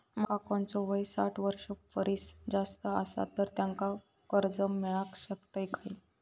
माझ्या काकांचो वय साठ वर्षां परिस जास्त आसा तर त्यांका कर्जा मेळाक शकतय काय?